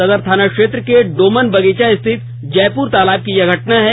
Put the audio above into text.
सदर थाना क्षेत्र के डोमन बगीचा स्थित जयपुर तालाब की यह घटना है